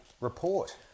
report